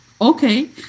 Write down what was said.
Okay